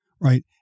Right